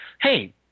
hey